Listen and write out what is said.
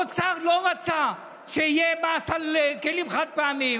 האוצר לא רצה שיהיה מס על כלים חד-פעמיים,